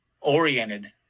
oriented